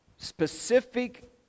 specific